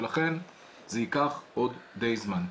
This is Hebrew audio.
לכן זה ייקח עוד די זמן.